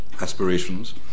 aspirations